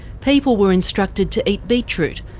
people were instructed to eat beetroot,